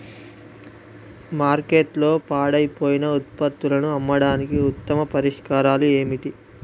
మార్కెట్లో పాడైపోయిన ఉత్పత్తులను అమ్మడానికి ఉత్తమ పరిష్కారాలు ఏమిటి?